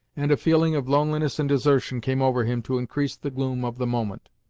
and a feeling of loneliness and desertion came over him to increase the gloom of the moment.